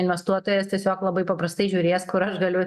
investuotojas tiesiog labai paprastai žiūrės kur aš galiu